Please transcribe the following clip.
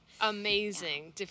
amazing